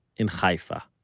in haifa